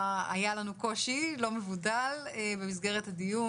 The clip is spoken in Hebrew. היה לנו קושי לא מבוטל במסגרת הדיון,